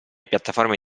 piattaforme